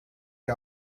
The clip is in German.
die